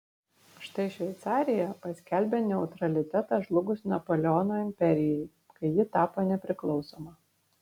štai šveicarija paskelbė neutralitetą žlugus napoleono imperijai kai ji tapo nepriklausoma